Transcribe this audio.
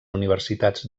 universitats